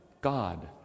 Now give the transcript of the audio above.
God